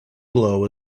glow